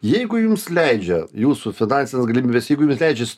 jeigu jums leidžia jūsų finansinės galimybės jeigu jums leidžia